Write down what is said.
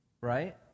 right